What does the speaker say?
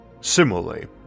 Similarly